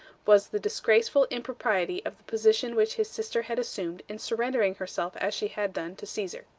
was the disgraceful impropriety of the position which his sister had assumed in surrendering herself as she had done to caesar.